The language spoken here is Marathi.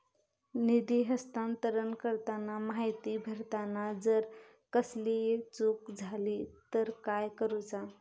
निधी हस्तांतरण करताना माहिती भरताना जर कसलीय चूक जाली तर काय करूचा?